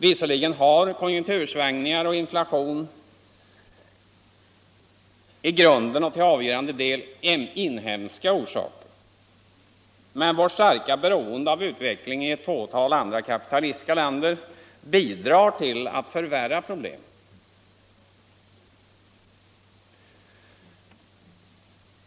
Visserligen har konjunktursvängningar och inflation i grunden och till avgörande del inhemska orsaker - men vårt starka beroende av utvecklingen i ett fåtal andra kapitalistiska länder bidrar till att förvärra problemen.